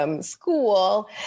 School